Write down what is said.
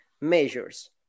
measures